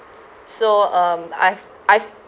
so um I've I've